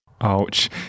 Ouch